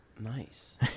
nice